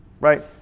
right